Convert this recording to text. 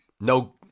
No